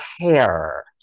hair